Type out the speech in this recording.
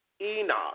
Enoch